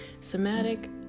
Somatic